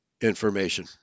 information